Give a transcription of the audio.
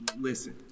Listen